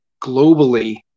globally